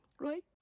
Right